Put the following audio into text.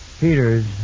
Peters